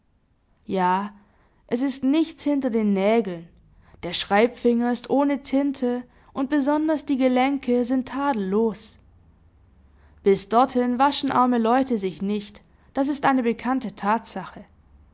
ja es ist nichts hinter den nägeln der schreibfinger ist ohne tinte und besonders die gelenke sind tadellos bis dorthin waschen arme leute sich nicht das ist eine bekannte tatsache